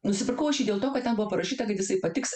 nusipirkau aš jį dėl to kad ten buvo parašyta kad jisai patiks